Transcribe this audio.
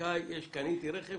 קניתי רכב,